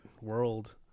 world